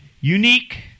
unique